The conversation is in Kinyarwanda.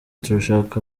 turashaka